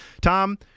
Tom